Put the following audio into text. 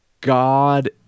God